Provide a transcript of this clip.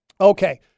Okay